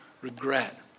regret